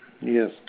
Yes